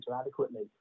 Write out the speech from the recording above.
adequately